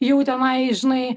jau tenai žinai